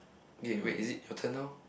eh wait is it your turn now